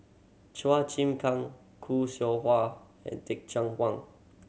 Chua Chim Kang Khoo Seow Hwa and Teh Cheang Wan